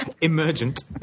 emergent